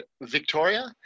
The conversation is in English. Victoria